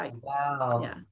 Wow